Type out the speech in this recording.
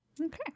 Okay